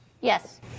Yes